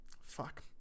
Fuck